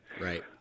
Right